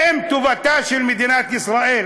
האם טובתה של מדינת ישראל,